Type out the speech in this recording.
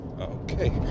okay